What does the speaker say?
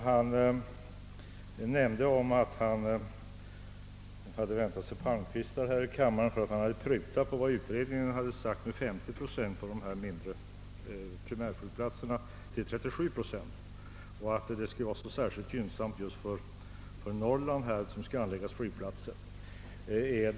Han nämnde att han hade väntat sig palmkvistar här i kammaren för att han prutat från de 50 procent som utredningen ursprungligen föreslagit för de mindre primärflygplatserna till 37,5 procent. Detta skulle vara särskilt gynnsamt för Norrland vid anläggandet av flygplatser.